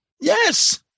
yes